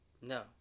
no